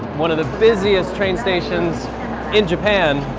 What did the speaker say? one of the busiest train stations in japan.